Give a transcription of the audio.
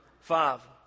five